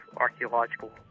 archaeological